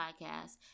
podcast